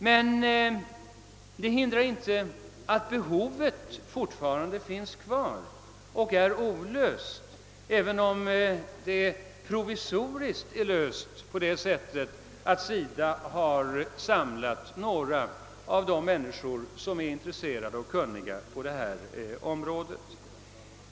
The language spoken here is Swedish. Men det hindrar inte att behovet fortfarande finns kvar och att problemet är olöst, även om det provisoriskt är löst på det sättet, att SIDA har samlat några av de människor som är intresserade och kunniga på detta område.